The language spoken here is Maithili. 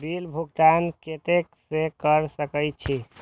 बिल भुगतान केते से कर सके छी?